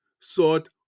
sought